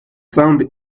sounds